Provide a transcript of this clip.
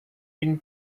been